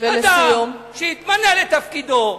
אדם שהתמנה לתפקידו,